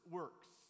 works